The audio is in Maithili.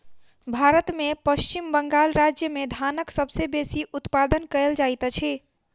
भारत में पश्चिम बंगाल राज्य में धानक सबसे बेसी उत्पादन कयल जाइत अछि